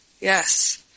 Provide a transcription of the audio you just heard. Yes